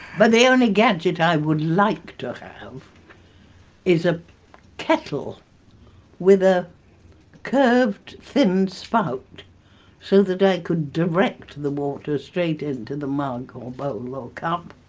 but the only gadget i would like to have is a kettle with a curved thin spout so that i could direct the water straight into the mug or bowl or cup